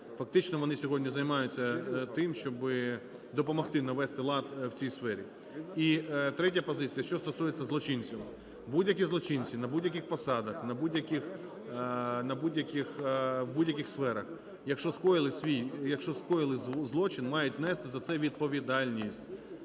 Фактично вони сьогодні займаються тим, щоби допомогти навести лад в цій сфері. І третя позиція: що стосується злочинців. Будь-які злочинці на будь-яких посадах, на будь-яких… в будь-яких сферах, якщо скоїли свій… якщо скоїли злочин, мають нести за це відповідальність.